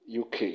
UK